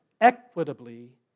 equitably